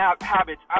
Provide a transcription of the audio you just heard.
habits